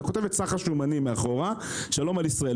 אתה כותב את סך השומנים מאחור, שלום על ישראל.